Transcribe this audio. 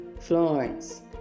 Florence